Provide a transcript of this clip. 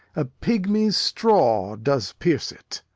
a pygmy's straw does pierce it.